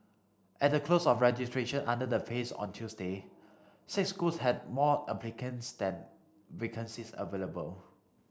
at the close of registration under the phase on Tuesday six schools had more applicants than vacancies available